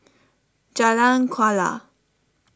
Jalan Kuala